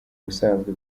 busanzwe